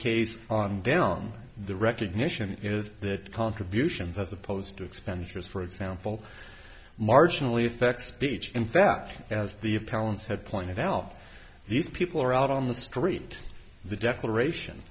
case on down the recognition is that contributions as opposed to expenditures for example marginal effect speech in fact as the of palin's have pointed out these people are out on the street the declaration